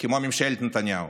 כמו ממשלת נתניהו.